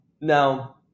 Now